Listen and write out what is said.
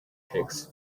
pigs